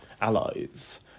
allies